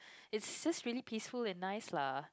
it's just really peaceful and nice lah